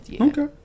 okay